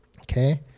okay